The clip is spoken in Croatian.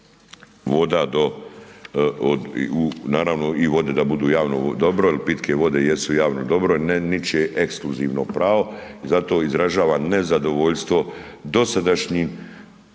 do, naravno i vode da budu javno dobro jel pitke vode jesu javno dobro, ne ničije ekskluzivno pravo, zato izražavam nezadovoljstvo dosadašnjim,